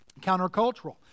countercultural